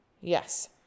Yes